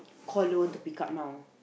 call don't want to pick up now